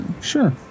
Sure